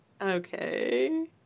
okay